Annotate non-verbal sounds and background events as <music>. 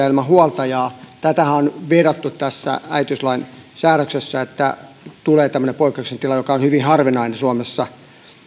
<unintelligible> ilman huoltajaa tähänhän on viitattu tässä äitiyslain käsittelyssä että tulee tämmöinen poikkeuksellinen tilanne joka on hyvin harvinainen suomessa